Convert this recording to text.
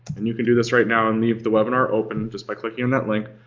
and you can do this right now and leave the webinar open just by clicking on that link.